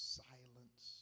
silence